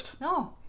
No